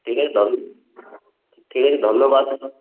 ঠিক আছে ধন্য ঠিক আছে ধন্যবাদ